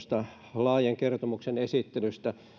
laajan kertomuksen esittelystä